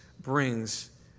brings